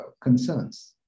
concerns